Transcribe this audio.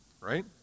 Right